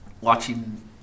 Watching